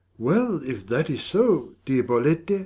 well, if that is so, dear bolette,